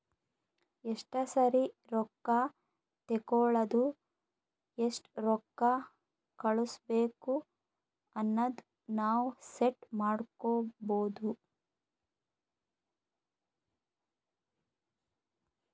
ಎಸ್ಟ ಸರಿ ರೊಕ್ಕಾ ತೇಕೊಳದು ಎಸ್ಟ್ ರೊಕ್ಕಾ ಕಳುಸ್ಬೇಕ್ ಅನದು ನಾವ್ ಸೆಟ್ ಮಾಡ್ಕೊಬೋದು